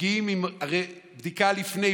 הרי מגיעים עם בדיקה לפני,